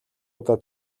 удаа